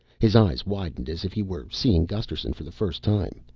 his eyes widened, as if he were seeing gusterson for the first time.